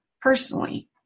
personally